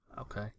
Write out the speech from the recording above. Okay